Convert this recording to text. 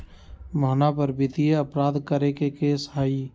मोहना पर वित्तीय अपराध करे के केस हई